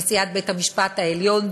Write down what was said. נשיאת בית-המשפט העליון,